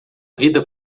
vida